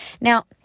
Now